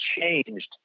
changed